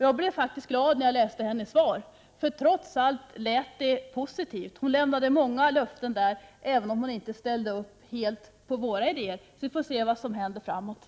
Jag blev faktiskt glad när jag läste hennes svar. Trots allt lät det positivt. Hon gav många löften där, även om hon inte helt ställde upp på våra idéer. Vi får se vad som händer framöver.